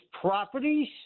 properties